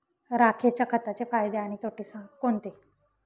राखेच्या खताचे फायदे आणि तोटे कोणते?